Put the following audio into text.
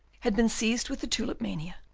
had been seized with the tulipomania,